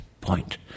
point